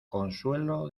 consuelo